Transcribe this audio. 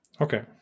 Okay